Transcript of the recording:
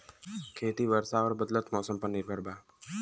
खेती वर्षा और बदलत मौसम पर निर्भर बा